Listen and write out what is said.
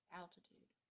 altitude